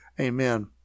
Amen